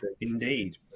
Indeed